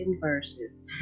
verses